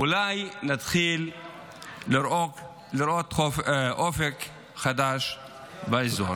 אולי נתחיל לראות אופק חדש באזור.